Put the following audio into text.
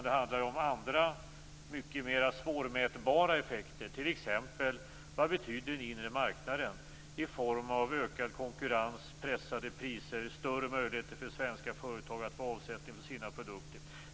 Det handlar om andra och mycket mer svårmätbara effekter, t.ex. vad den inre marknaden betyder i form av ökad konkurrens, pressade priser och större möjligheter för svenska företag att få avsättning för sina produkter.